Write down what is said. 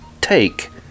take